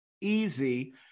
easy